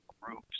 groups